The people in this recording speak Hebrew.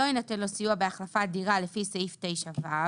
לא יינתן לו סיוע בהחלפת דירה לפי סעיף 9ו,